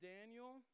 Daniel